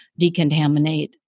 decontaminate